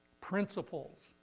principles